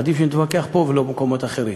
עדיף שנתווכח פה ולא במקומות אחרים.